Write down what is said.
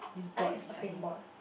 I think it's surfing board